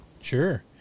sure